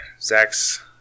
Zach's